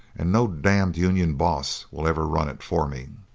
and no damned union boss will ever run it for me!